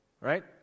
right